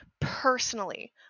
personally